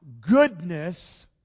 goodness